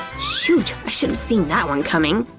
shoot! i should've seen that one coming!